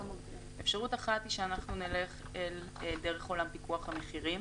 אפשרות אחת היא שאנחנו נלך דרך עולם פיקוח המחירים